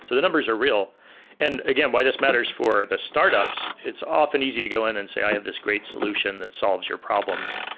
so the numbers are real and again, why this matters for the startups, it's often easy to go in and say, i have this great solution that solves your problems.